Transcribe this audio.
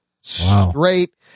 Straight